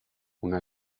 una